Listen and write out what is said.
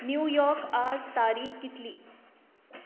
New York आज तारीख कितली